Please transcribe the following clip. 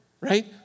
right